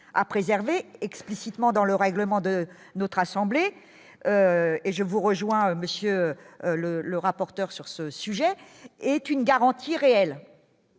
à préserver explicitement dans le règlement de notre assemblée, et je vous rejoins Monsieur le le rapporteur sur ce sujet est une garantie réelle.